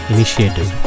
Initiative